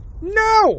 No